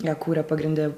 ją kūrė pagrinde